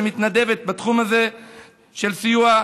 שמתנדבת בתחום הזה של סיוע,